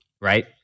Right